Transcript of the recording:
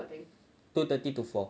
two thirty to four